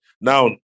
now